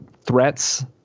Threats